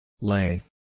lay